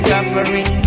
Suffering